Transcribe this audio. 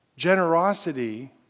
Generosity